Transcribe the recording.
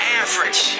average